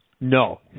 No